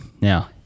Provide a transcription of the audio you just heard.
now